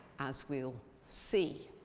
as we'll see.